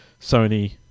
Sony